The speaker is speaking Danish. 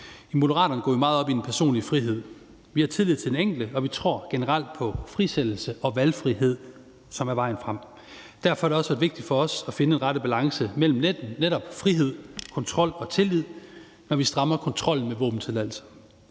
I Moderaterne går vi meget op i den personlige frihed. Vi har tillid til den enkelte, og vi tror generelt på frisættelse og valgfrihed som vejen frem. Derfor har det også været vigtigt for os at finde den rette balance mellem netop frihed, kontrol og tillid, når vi strammer kontrollen med våbentilladelser.